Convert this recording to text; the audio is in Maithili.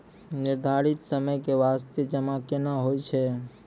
निर्धारित समय के बास्ते जमा केना होय छै?